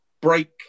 break